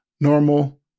normal